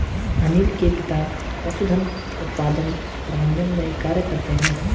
अनील के पिता पशुधन उत्पादन प्रबंधन में कार्य करते है